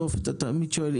אתה שואל,